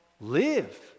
live